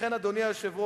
לכן, אדוני היושב-ראש,